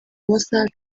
amasaha